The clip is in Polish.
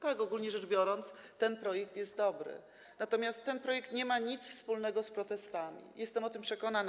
Tak, ogólnie rzecz biorąc, ten projekt jest dobry, natomiast ten projekt nie ma nic wspólnego z protestami, jestem o tym przekonana.